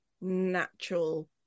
natural